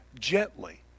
gently